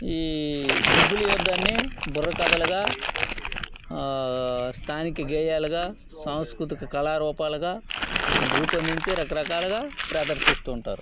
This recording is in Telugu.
ఈ బొబ్బిలి యుద్దాన్ని బుర్ర కథలుగా స్థానిక గేయాలుగా సాంస్కృతిక కళారూపాలుగా రూపొందించి రకరకాలుగా ప్రదర్శిస్తూ ఉంటారు